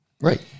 Right